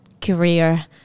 career